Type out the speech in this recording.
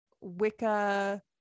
Wicca